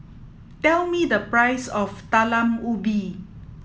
tell me the price of talam ubi